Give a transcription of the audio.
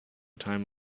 time